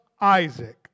Isaac